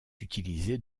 utilisés